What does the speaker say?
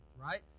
right